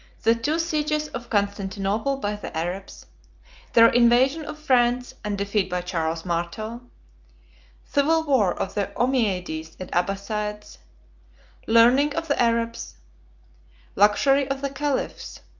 the two sieges of constantinople by the arabs their invasion of france, and defeat by charles martel civil war of the ommiades and abbassides learning of the arabs luxury of the caliphs